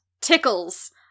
Tickles